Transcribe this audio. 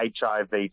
HIV